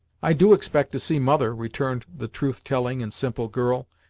i do expect to see mother, returned the truth-telling and simple girl,